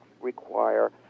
require